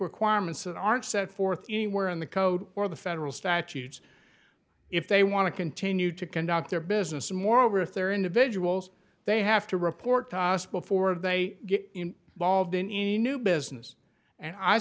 requirements that aren't set forth anywhere in the code or the federal statutes if they want to continue to conduct their business moreover if they're individuals they have to report to us before they get balled in a new business and i